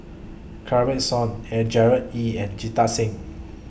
Kanwaljit Soin Gerard Ee and Jita Singh